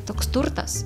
toks turtas